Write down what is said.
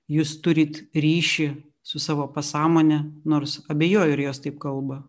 jūs turit ryšį su savo pasąmone nors abejoju ar jos taip kalba